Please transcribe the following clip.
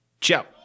Ciao